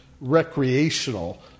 recreational